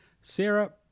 Sarah